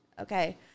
okay